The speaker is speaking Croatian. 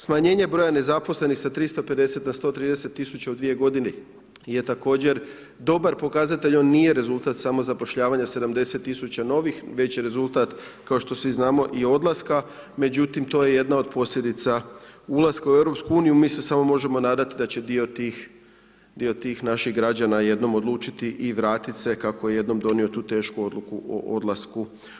Smanjenje broja nezaposlenih sa 350 na 130 tisuća u dvije godine je također dobar pokazatelj, on nije rezultat samozapošljavanja 70 tisuća novih već je rezultat kao što svi znamo i odlaska, međutim to je jedna od posljedica ulaska u EU, mi se samo možemo nadati da će dio tih naših građana jednom odlučiti i vratiti se kako je jednom donio tu tešku odluku o odlasku.